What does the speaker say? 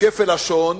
בכפל לשון